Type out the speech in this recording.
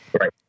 Right